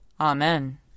Amen